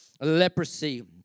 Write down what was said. leprosy